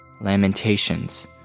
lamentations